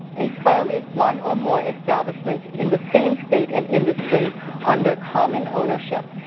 a firm is one or more establishments in the same state and industry under common ownership.